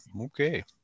okay